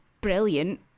brilliant